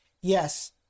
Yes